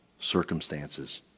circumstances